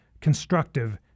constructive